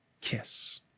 kiss